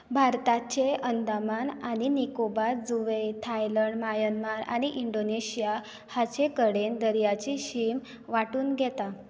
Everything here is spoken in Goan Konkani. भारताचे अंदमान आनी निकोबार जुंवे थायलंड म्यानमार आनी इंडोनेशिया हांचे कडेन दर्याची शीम वांटून घेता